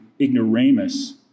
ignoramus